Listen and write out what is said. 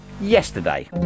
yesterday